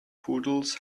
poodles